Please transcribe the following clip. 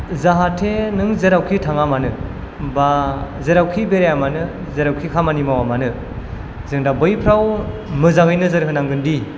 जाहाथे नों जेरावखि थाङा मानो बा जेरावखि बेराया मानो जेरावखि खामानि मावा मानो जों दा बैफ्राव मोजाङै नोजोर होनांगोनदि